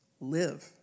live